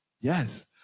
Yes